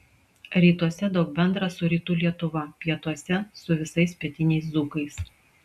rytuose daug bendra su rytų lietuva pietuose su visais pietiniais dzūkais